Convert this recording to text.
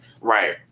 Right